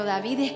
David